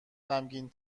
غمگین